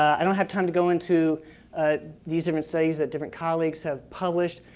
i don't have time to go into these different studies that different colleagues have published.